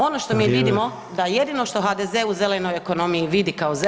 Ono što mi vidimo [[Upadica: Vrijeme.]] da jedino što HDZ u zelenoj ekonomiji vidi kao zeleno